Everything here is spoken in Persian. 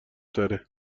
تره